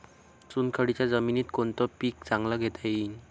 चुनखडीच्या जमीनीत कोनतं पीक चांगलं घेता येईन?